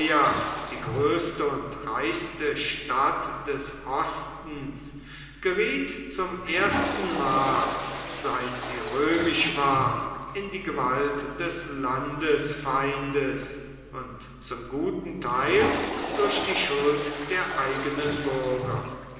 die größte und reichste stadt des ostens geriet zum ersten mal seit sie römisch war in die gewalt des landesfeindes und zum guten teil durch die schuld der eigenen bürger